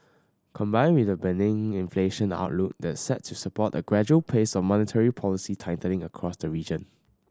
combined with a benign inflation outlook that's set to support a gradual pace of monetary policy tightening across the region